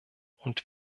und